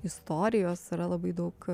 istorijos yra labai daug